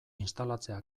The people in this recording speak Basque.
instalatzea